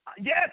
Yes